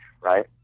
right